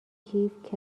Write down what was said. کیف